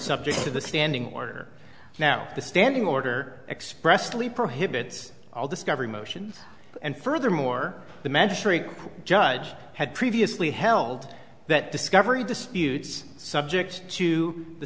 subject to the standing order now the standing order expressly prohibits all discovery motions and furthermore the magistrate judge had previously held that discovery disputes subject to the